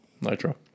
Nitro